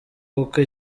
kuko